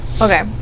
Okay